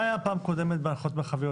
מה היה פעם קודמת בהנחיות מרחביות,